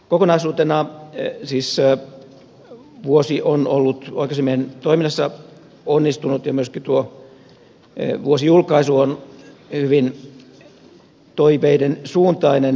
kokonaisuutena siis vuosi on ollut oikeusasiamiehen toiminnassa onnistunut ja myöskin tuo vuosijulkaisu on hyvin toiveiden suuntainen